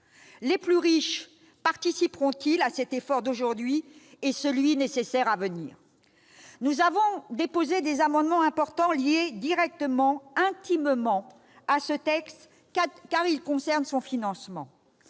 Les plus riches participeront-ils à cet effort d'aujourd'hui et celui, nécessaire, à venir ? Nous avons déposé des amendements importants liés directement, intimement à ce texte, car ils concernent son financement.